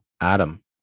adam